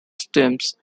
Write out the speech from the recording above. stems